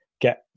get